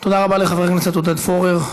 תודה רבה לחבר הכנסת עודד פורר.